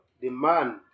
demand